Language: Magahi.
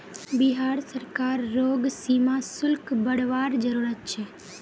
बिहार सरकार रोग सीमा शुल्क बरवार जरूरत छे